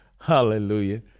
hallelujah